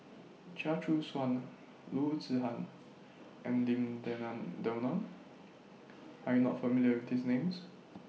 Chia Choo Suan Loo Zihan and Lim Denan Denon Are YOU not familiar with These Names